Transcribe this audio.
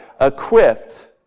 equipped